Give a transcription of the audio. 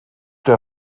der